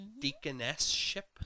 Deaconess-ship